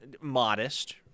modest